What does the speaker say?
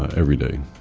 every day